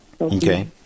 Okay